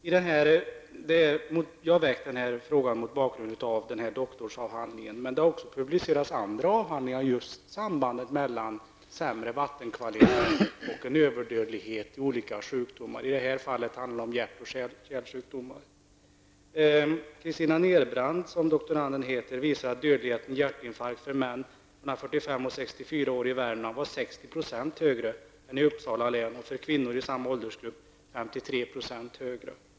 Jag har ställt frågan mot bakgrund av den nämnda doktorsavhandlingen, men det har också publicerats andra avhandlingar om just sambandet mellan sämre vattenkvalitet och överdödlighet i olika sjukdomar. I det här fallet handlar det om hjärt och kärlsjukdomar. Christina Nerbrand, som doktoranden heter, visar att dödligheten i hjärtinfarkt för män mellan 45 och 64 år i Värmland var 60 % högre än i Uppsala län, och för kvinnor i samma åldersgrupp var dödligheten 53 % högre.